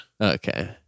Okay